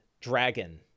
dragon